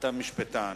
אתה משפטן.